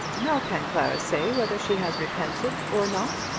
how can clara say whether she has repented or not?